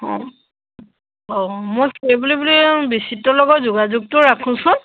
অঁ অঁ মই সেই বুলি বোলো বিচিত্ৰৰ লগত যোগাযোগটো ৰাখোঁচোন